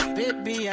baby